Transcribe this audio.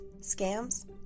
scams